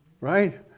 right